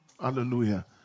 Hallelujah